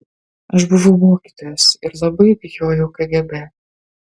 aš buvau mokytojas ir labai bijojau kgb